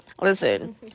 listen